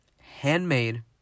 handmade